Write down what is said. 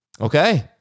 Okay